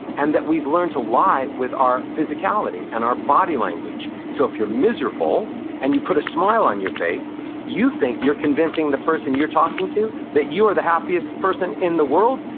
and that we've learned to lie with our physicality and our body language so if you're miserable and you put a smile on your face, you think you're convincing the person you're talking to that you are the happiest person in the world,